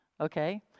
okay